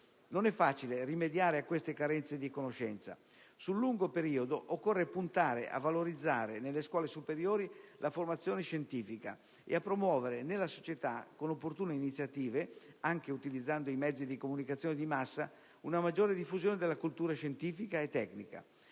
Non è facile rimediare a questa carenza di conoscenza. Sul lungo periodo occorre puntare a valorizzare nelle scuole superiori la formazione scientifica e a promuovere nella società, con opportune iniziative, anche utilizzando i mezzi di comunicazione di massa, una maggiore diffusione della cultura scientifica e tecnica.